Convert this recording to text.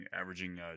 averaging